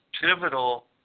pivotal